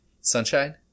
sunshine